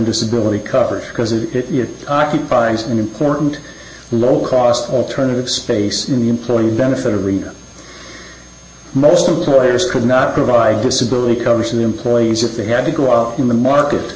disability coverage because if it occupies an important low cost alternative space in the employee benefit of the most employers could not provide disability coverage of the employees if they had to go out in the market